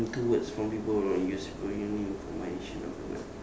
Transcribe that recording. get two words from people around you combination of the word